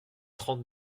trente